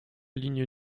lignes